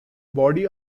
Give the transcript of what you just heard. body